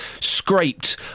scraped